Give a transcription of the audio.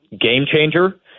game-changer